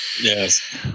Yes